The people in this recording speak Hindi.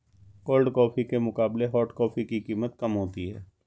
कोल्ड कॉफी के मुकाबले हॉट कॉफी की कीमत कम होती है